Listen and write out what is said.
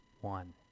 one